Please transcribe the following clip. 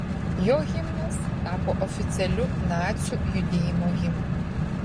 jo himnas tapo oficialiu nacių judėjimo himnu